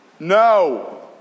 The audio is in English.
No